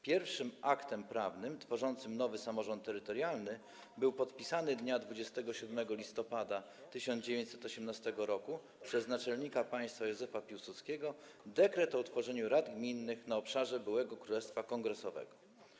Pierwszym aktem prawnym tworzącym nowy samorząd terytorialny był podpisany dnia 27 listopada 1918 r. przez naczelnika państwa Józefa Piłsudskiego dekret o utworzeniu rad gminnych na obszarze byłego Królestwa Kongresowego.